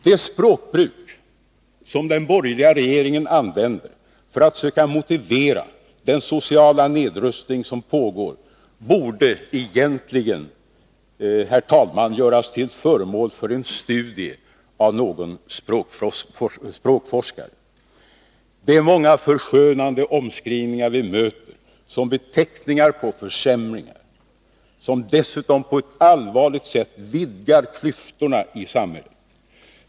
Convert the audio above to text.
Det språkbruk som den borgerliga regeringen tillämpar för att söka motivera den sociala nedrustning som pågår borde egentligen göras till föremål för en studie av någon språkforskare. Det är många förskönande omskrivningar vi möter som beteckningar på försämringar, som dessutom på ett allvarligt sätt vidgar klyftorna i samhället.